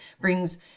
brings